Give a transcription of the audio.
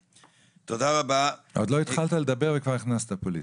תודה רבה --- עוד לא התחלת לדבר וכבר הכנסת פוליטיקה.